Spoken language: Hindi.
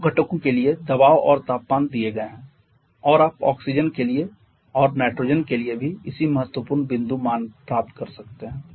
दोनों घटकों के लिए दबाव और तापमान दिए गए हैं और आप ऑक्सीजन के लिए और नाइट्रोजन के लिए भी इसी महत्वपूर्ण बिंदु मान प्राप्त कर सकते हैं